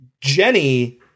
Jenny